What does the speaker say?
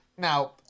Now